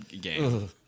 game